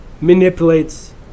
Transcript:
manipulates